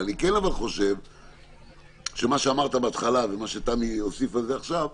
אבל מה שאמרת בהתחלה ומה שתמי הוסיפה לזה עכשיו,